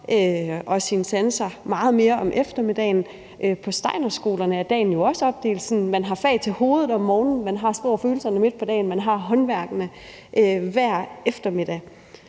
og sine sanser meget mere om eftermiddagen. På Rudolf Steiner-skolerne er dagen jo også opdelt sådan, at man har fag til hovedet om morgenen, man har sprog og følelser midt på dagen og man har håndværksfag hver eftermiddag.